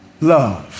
love